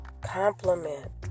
compliment